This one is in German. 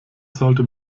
sollte